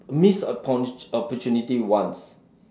missed oppo~ opportunity once